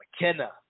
McKenna